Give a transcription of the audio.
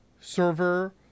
server